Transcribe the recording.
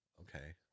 okay